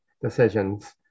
decisions